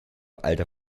alter